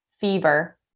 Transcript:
fever